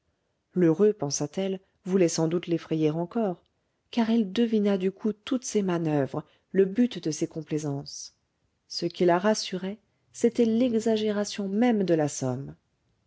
lheureux pensa-t-elle voulait sans doute l'effrayer encore car elle devina du coup toutes ses manoeuvres le but de ses complaisances ce qui la rassurait c'était l'exagération même de la somme